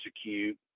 execute